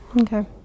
Okay